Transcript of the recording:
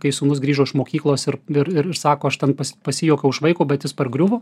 kai sūnus grįžo iš mokyklos ir ir ir sako aš ten pasijuokiau iš vaiko bet jis pargriuvo